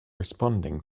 responding